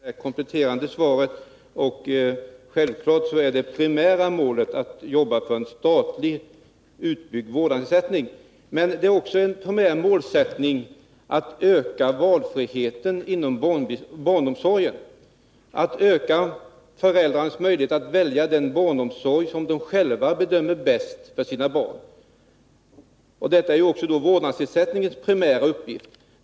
Fru talman! Jag tackar socialministern för det kompletterande svaret. Självfallet är det primära målet att arbeta för en utbyggnad av den statliga vårdnadsersättningen. Men det överensstämmer också med en primär målsättning att öka valfriheten inom barnomsorgen att vidga föräldrarnas möjlighet att välja den barnomsorg som de själva bedömer vara bäst för sina barn. Det är också vårdnadsersättningens primära uppgift.